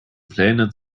pläne